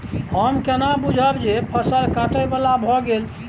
हम केना बुझब जे फसल काटय बला भ गेल?